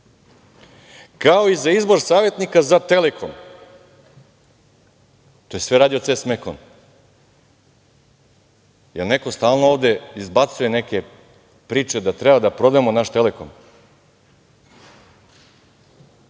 kao i za izbor savetnika za Telekom. To je sve radio CES Mekon, jer neko stalno ovde izbacuje neke priče da treba da prodamo naš Telekom.